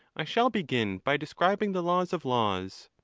i shall begin by describing the laws of laws.